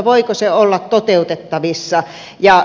voiko se olla toteutettavissa